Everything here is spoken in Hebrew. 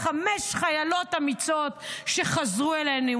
חמש חיילות אמיצות שחזרו אלינו,